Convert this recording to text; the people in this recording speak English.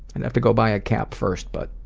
and have to go buy a cap first, but,